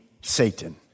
Satan